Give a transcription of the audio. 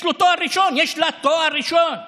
יש לו תואר ראשון, יש לה תואר ראשון,